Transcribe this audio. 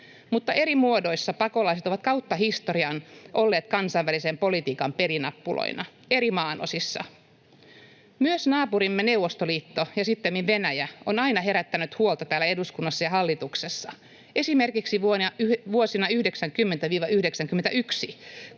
mutta eri muodoissa pakolaiset ovat kautta historian olleet kansainvälisen politiikan pelinappuloina eri maanosissa. Myös naapurimme Neuvostoliitto ja sittemmin Venäjä on aina herättänyt huolta täällä eduskunnassa ja hallituksessa, esimerkiksi vuosina 90—91,